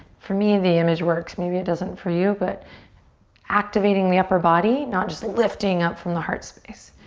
for me, the image works. maybe it doesn't for you but activating the upper body, not just lifting up from the heart space.